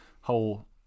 whole